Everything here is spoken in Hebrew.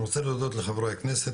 אני רוצה להודות לחברי הכנסת,